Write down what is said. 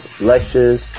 lectures